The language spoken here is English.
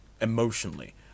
emotionally